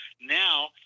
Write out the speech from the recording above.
Now